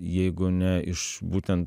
jeigu ne iš būtent